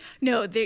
No